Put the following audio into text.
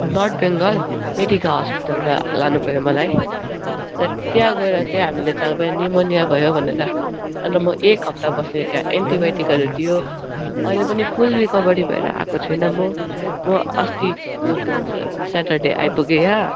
north Bengal medical हस्पिटलमा लानु भयो मलाई त्यहाँ गएर चाहिँ हामीले चाल पायौँ निमोनिया भयो भनेर अन्त म एक हप्ता बसे त्यहाँ एन्टिबायोटिकहरू दियो अहिले पनि फुल रिकभरी भएर आएको छुइनँ म म अस्तिको के भन्छ स्याटरडे आइपुगेँ यहाँ